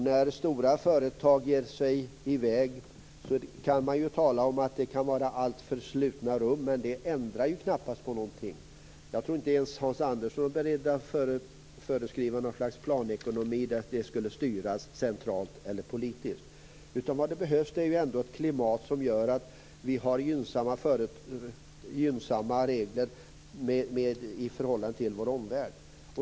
När stora företag ger sig i väg kan man ju tala om att det kan vara alltför slutna rum. Men det ändrar knappast på någonting. Jag tror inte ens att Hans Andersson är beredd att föreskriva någon slags planekonomi och att det skulle styras centralt eller politiskt. Vad som behövs är ett klimat som gör att vi har gynnsamma regler i förhållande till vår omvärld.